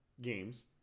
games